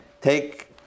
Take